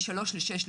מ-3 ל-6,